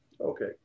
Okay